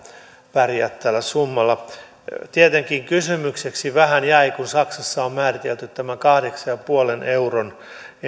pärjää tällä summalla tietenkin kysymykseksi vähän jäi kun saksassa on määritelty tämä kahdeksan pilkku viiden euron